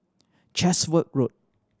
Chatsworth Road